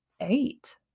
eight